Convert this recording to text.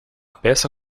peça